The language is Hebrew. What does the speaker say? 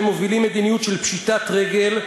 הם מובילים מדיניות של פשיטת רגל,